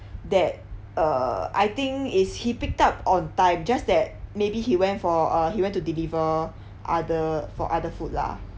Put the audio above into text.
that uh I think is he picked up on time just that maybe he went for uh he went to deliver other for other food lah